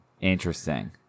Interesting